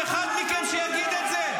אחד מכם שיגיד את זה.